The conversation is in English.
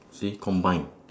so you combine